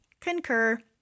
Concur